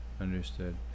understood